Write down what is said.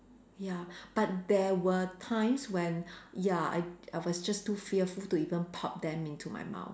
ya but there were times when ya I I was just too fearful to even pop them into my mouth